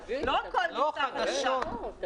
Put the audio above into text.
לא כל מכסה חדשה.